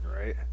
Right